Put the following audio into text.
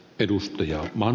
ensin ed